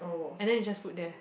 and then you just put there